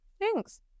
Thanks